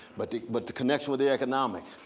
but but the connection with the economic.